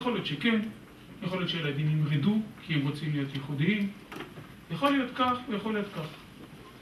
יכול להיות שכן, יכול להיות שהילדים ימרדו, כי הם רוצים להיות ייחודיים, יכול להיות כך, ויכול להיות כך